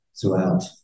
throughout